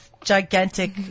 gigantic